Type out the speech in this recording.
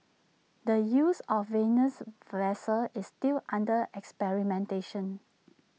the use of the Venus vessel is still under experimentation